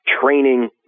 training